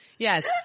Yes